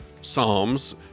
Psalms